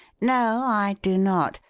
no, i do not.